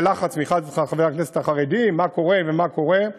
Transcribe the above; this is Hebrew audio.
היה לחץ מצד חברי הכנסת החרדים: מה קורה ומה קורה.